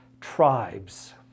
tribes